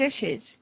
dishes